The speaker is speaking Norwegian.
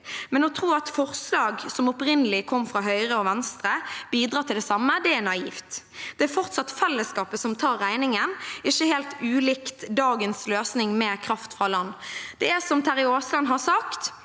men å tro at forslag som opprinnelig kom fra Høyre og Venstre, bidrar til det samme, er naivt. Det er fortsatt fellesskapet som tar regningen, ikke helt ulikt dagens løsning med kraft fra land. Det er som Terje Aasland har sagt: